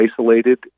isolated